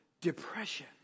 depression